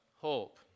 hope